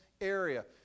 area